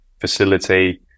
facility